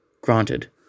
Granted